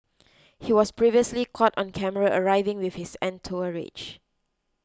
he was previously caught on camera arriving with his entourage